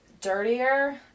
dirtier